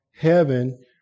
heaven